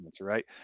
right